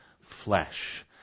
flesh